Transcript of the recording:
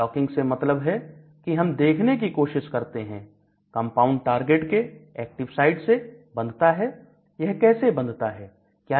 docking से मतलब है कि हम देखने की कोशिश करते हैं कंपाउंड टारगेट के एक्टिव साइट से बंधता है यह कैसे बंधता है